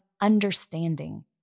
understanding